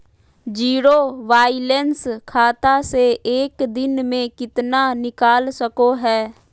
Zero balance खाता से एक दिन में कितना निकाल सको है?